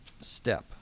step